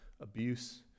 abuse